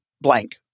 blank